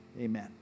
Amen